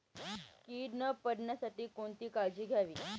कीड न पडण्यासाठी कोणती काळजी घ्यावी?